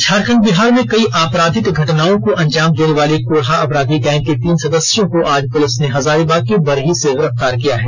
झारखंड बिहार में कई आपराधिक घटनाओं को अंजाम देने वाले कोढ़ा अपराधी गैंग के तीन सदस्यों को आज पुलिस ने हजारीबाग के बरही से गिरफ्तार किया है